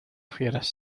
fieras